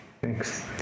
Thanks